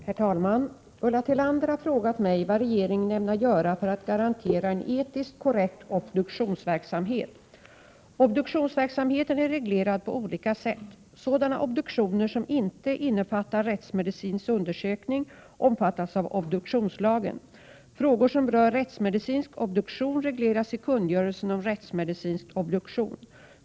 Herr talman! Ulla Tillander har frågat mig vad regeringen ämnar göra för att garantera en etiskt korrekt obduktionsverksamhet. Obduktionsverksamheten är reglerad på olika sätt. Sådana obduktioner som inte innefattar rättsmedicinsk undersökning omfattas av obduktionslagen . Frågor som rör rättsmedicinsk obduktion regleras i kungörelsen om rättsmedicinsk obduktion.